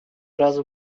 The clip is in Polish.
razu